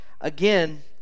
Again